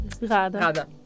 Rada